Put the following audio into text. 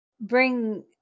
bring